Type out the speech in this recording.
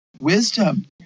wisdom